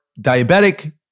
diabetic